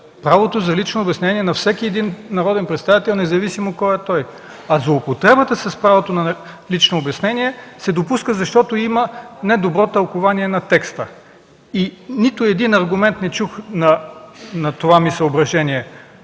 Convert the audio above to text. Правото за лично обяснение има всеки един народен представител, независимо кой е той. А злоупотребата с правото на лично обяснение се допуска, защото има недобро тълкувание на текста. И нито един аргумент не чух за това ми съображение